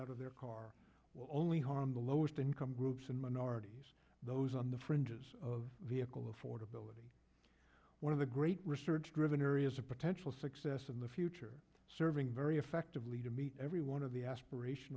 out of their car will only harm the lowest income groups and minorities those on the fringes of vehicle affordability one of the great research driven areas of potential success in the future serving very effectively to meet every one of the aspiration